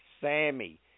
Sammy